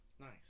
nice